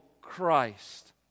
Christ